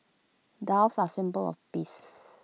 doves are symbol of peace